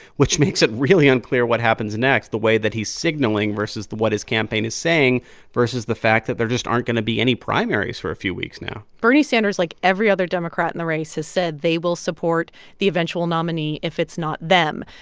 which makes it really unclear what happens next the way that he's signaling versus what his campaign is saying versus the fact that there just aren't going to be any primaries for a few weeks now bernie sanders, like every other democrat in the race, has said they will support the eventual nominee if it's not them.